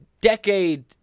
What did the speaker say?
decade